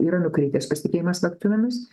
yra nukritęs pasitikėjimas aktyvinus